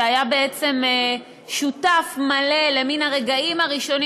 שהיה בעצם שותף מלא למן הרגעים הראשונים